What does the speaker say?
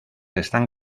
están